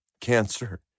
cancer